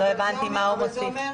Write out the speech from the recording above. לא הבנתי מה הוא מוסיף.